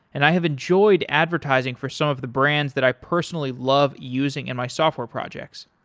and i have enjoyed advertising for some of the brands that i personally love using in my software projects.